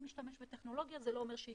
אני משתמש בטכנולוגיה זה לא אומר שאני